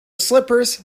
slippers